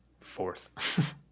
Fourth